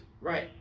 Right